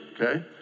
okay